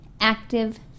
active